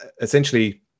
Essentially